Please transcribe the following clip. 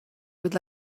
would